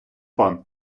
пан